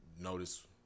Notice